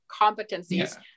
Competencies